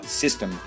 system